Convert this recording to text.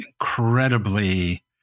incredibly